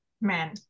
men